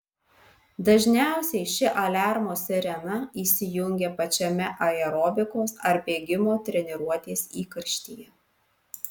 dažniausiai ši aliarmo sirena įsijungia pačiame aerobikos ar bėgimo treniruotės įkarštyje